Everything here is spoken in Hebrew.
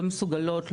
לא מסוגלות,